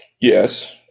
yes